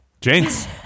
James